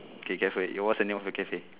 okay cafe ah what's the name of your cafe